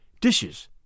Dishes